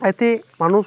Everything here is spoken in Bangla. এতে মানুষ